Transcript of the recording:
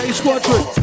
squadron